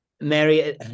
Mary